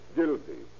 guilty